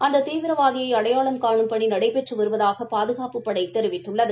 அந்த தீவிரவாதியை அடையாளம் கானும் பணி நடைபெற்று வருவதாக பாதுகாப்புப்படை தெரிவித்துள்ளது